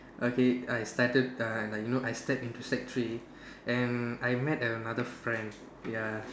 okay I started uh like you know I start into sec three and I met another friend ya